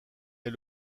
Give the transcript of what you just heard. est